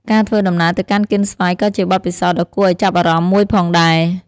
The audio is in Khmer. ការធ្វើដំណើរទៅកាន់កៀនស្វាយក៏ជាបទពិសោធន៍ដ៏គួរឲ្យចាប់អារម្មណ៍មួយផងដែរ។